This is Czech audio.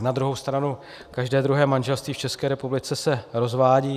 Na druhou stranu každé druhé manželství v České republice se rozvádí.